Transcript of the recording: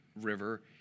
river